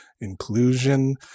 inclusion